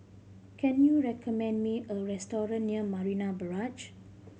can you recommend me a restaurant near Marina Barrage